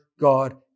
God